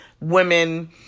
women